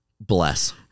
Bless